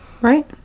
Right